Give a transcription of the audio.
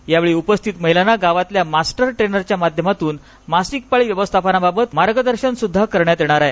यावेळी उपस्थित महिलांना गावातल्या मास्टर ट्रेनरच्या माध्यमातून मासिक पाळी व्यवस्थापन बाबत मार्गदशन देखील करण्यात येणार आहे